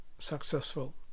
successful